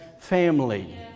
family